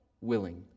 willing